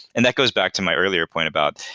and that goes back to my earlier point about.